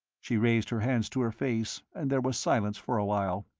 she raised her hands to her face and there was silence for a while.